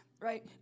right